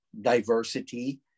diversity